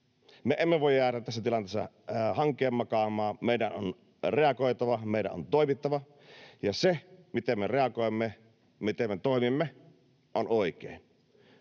Me emme voi jäädä tässä tilanteessa hankeen makaamaan, meidän on reagoitava, meidän on toimittava. Ja se, miten me reagoimme ja miten toimimme, on oikein.